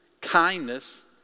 kindness